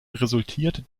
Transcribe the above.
resultiert